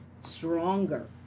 stronger